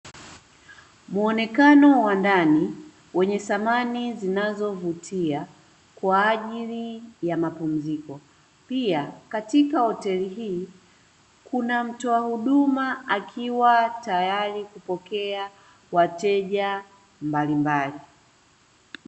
Muonekano wa ndani wenye samani zinazovutia kwa ajili ya mapumziko, pia katika hoteli hii kuna mtoa huduma akiwa tayari kupokea wateja mbalimbali.